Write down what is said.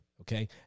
okay